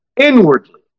inwardly